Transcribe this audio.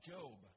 Job